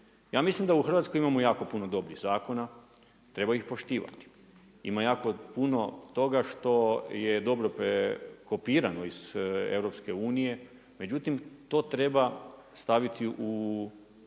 Ja mislim da u Hrvatskoj imamo jako puno dobrih zakona, treba ih poštivati. Ima jako puno toga što je dobro prekopirano iz EU. Međutim, to treba staviti u